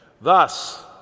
Thus